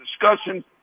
discussion